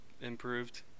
improved